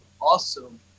Awesome